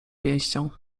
pięścią